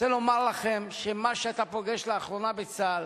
אני רוצה לומר לכם שמה שאתה פוגש לאחרונה בצה"ל